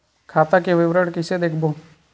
खाता के विवरण कइसे देखबो?